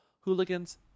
hooligans